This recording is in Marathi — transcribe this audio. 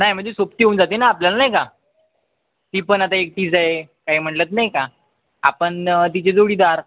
नाही म्हणजे सोबती होऊन जाते ना आपल्याला नाही का ती पण आता एकटीच आहे काही म्हटलं तर नाही का आपण तिचे जोडीदार